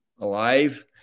alive